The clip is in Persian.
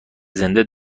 زنده